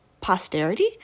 posterity